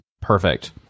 Perfect